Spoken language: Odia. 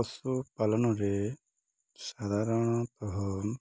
ପଶୁପାଲନରେ ସାଧାରଣତଃ